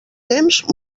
temps